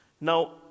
Now